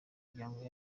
miryango